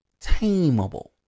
tameable